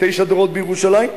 תשעה דורות בירושלים,